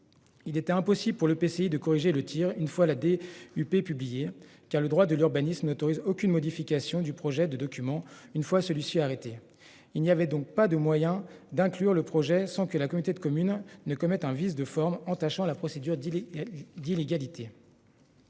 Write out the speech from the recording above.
Il était impossible pour le PCI de corriger le Tir une fois la des huppés publiée qui a le droit de l'urbanisme n'autorise aucune modification du projet de document. Une fois celui-ci a arrêté il n'y avait donc pas de moyen d'inclure le projet sans que la communauté de communes ne commettent un vice de forme. Entachant la procédure d'il y d'illégalité.